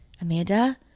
Amanda